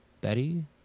betty